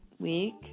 week